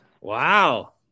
Wow